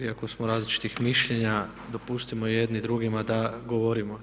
Iako smo različitih mišljenja dopustimo jedni drugima da govorimo.